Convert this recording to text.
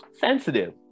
Sensitive